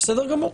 בסדר גמור.